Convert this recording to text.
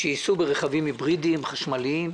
שיסעו ברכבים היברידיים חשמליים.